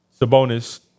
Sabonis